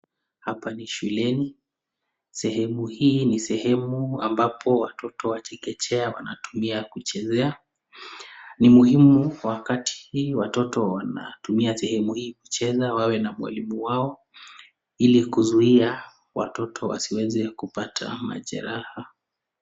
Hapa ni shuleni, sehemu hii ni sehemu ambapo watoto wa chekechea wanatumia kuchezea, ni muhimu wakati watoto wanatumia sehemu hii kucheza wawe na mwalimu wao ili kuzuia watoto wasiweze kupata majeraha.